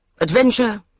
Adventure